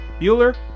Bueller